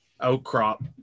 outcrop